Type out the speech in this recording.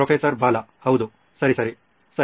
professor Bala ಹೌದು ಸರಿ ಸರಿ ಸರಿ